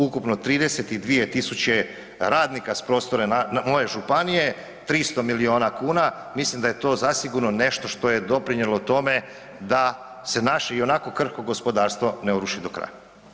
Ukupno 32 tisuće radnika s prostora moje županije, 300 milijuna kuna, mislim da je to zasigurno nešto što je doprinijelo tome da se naši ionako gospodarstvo ne uruši do kraja.